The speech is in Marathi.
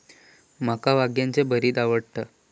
माका वांग्याचे भरीत आवडता